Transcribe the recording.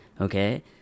okay